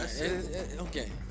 okay